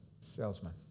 Salesman